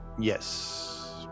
Yes